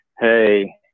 hey